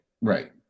right